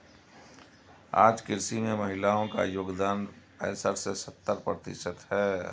आज कृषि में महिलाओ का योगदान पैसठ से सत्तर प्रतिशत है